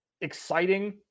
exciting